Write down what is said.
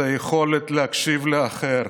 זה היכולת להקשיב לאחר,